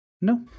No